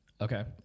Okay